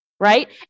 Right